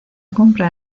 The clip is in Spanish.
compra